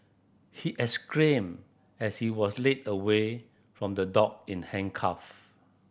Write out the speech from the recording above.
he exclaimed as he was led away from the dock in handcuff